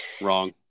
wrong